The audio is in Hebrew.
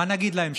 מה נגיד להם,